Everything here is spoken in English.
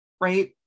right